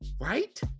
Right